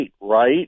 right